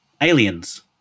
aliens